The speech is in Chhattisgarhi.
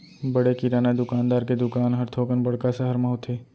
बड़े किराना दुकानदार के दुकान हर थोकन बड़का सहर म होथे